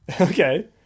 Okay